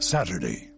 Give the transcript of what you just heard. Saturday